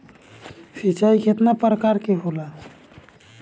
सिंचाई केतना प्रकार के होला?